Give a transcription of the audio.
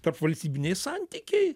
tarpvalstybiniai santykiai